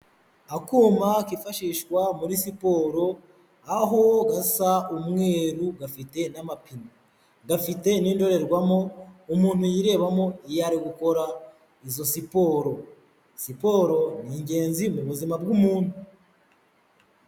Akuma kifashishwa muri siporo aho gasa umweru gafite n'amapine gafite n'indorerwamo umuntu yirebamo iyo ari gukora izo siporo, siporo ni ingenzi mu buzima bw'umuntu.